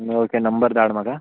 okay number धाड म्हाका